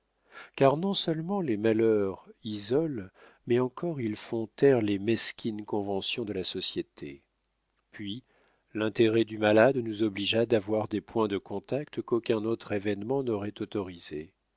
car non-seulement les malheurs isolent mais encore ils font taire les mesquines conventions de la société puis l'intérêt du malade nous obligea d'avoir des points de contact qu'aucun autre événement n'aurait autorisés